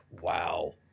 wow